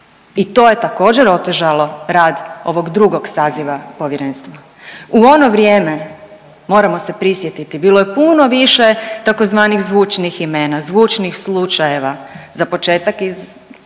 i to je također, otežalo rad ovog drugog saziva Povjerenstva. U ono vrijeme, moramo se prisjetiti, bilo je puno više tzv. zvučnih imena, zvučnih slučajeva, za početak iz